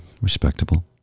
respectable